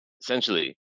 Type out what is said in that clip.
essentially